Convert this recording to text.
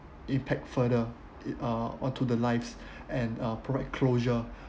impact further it uh onto the lives and uh provide closure